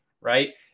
right